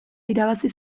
irabazi